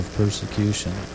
persecution